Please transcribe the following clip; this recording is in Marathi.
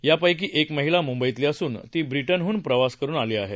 यांपैकी एक महिला मुंबईतली असून ती ब्रिटनहून प्रवास करून आली आहे